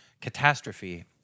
catastrophe